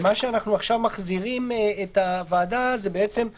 ואנחנו עכשיו מחזירים את הוועדה לכמה דברים.